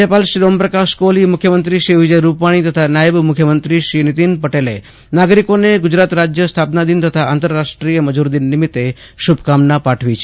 રાજ્યપાલ શ્રી ઓમ પ્રકાશ કોહલી મુખ્યમંત્રી શ્રી વિજય રૂપની તથા નાયબ મુખ્યમંત્રી શ્રી નીતિન પટેલે નાગરિકોને ગુજરાત રાજ્ય સ્થાપના દિન તથા આંતરરાષ્ટ્રીય મજુર દિન નિમિત્તે શુભકામના પાઠવી છે